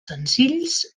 senzills